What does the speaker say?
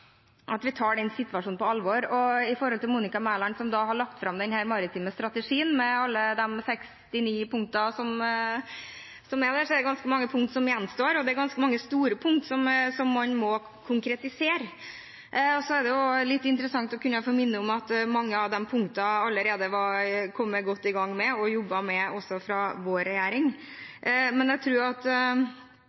at vi tar den situasjonen på alvor. Den maritime strategien som Monica Mæland har lagt fram, har 69 punkt, men det er ganske mange punkt som gjenstår, og det er mange store punkt som man må konkretisere. Det er også litt interessant å kunne minne om at mange av de punktene hadde vår regjering allerede kommet godt i gang med og jobbet med. Jeg tror det er viktig å få gjort denne jobben, og jeg tenker på ny teknologi. Ja, vi kan si at